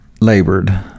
labored